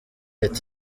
ati